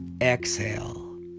Exhale